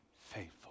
faithful